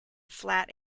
flat